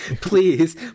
Please